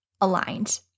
aligned